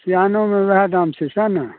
सेआनोमे ओहए दाम छै सएह ने